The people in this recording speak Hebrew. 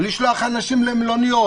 לשלוח אנשים למלוניות,